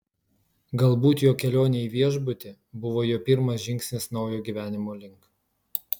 galbūt jo kelionė į viešbutį buvo jo pirmas žingsnis naujo gyvenimo link